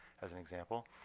as an example.